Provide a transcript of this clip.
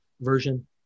version